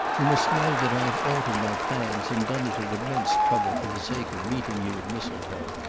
you must know that i have altered my plans and done it at immense trouble for the sake of meeting you at mistletoe.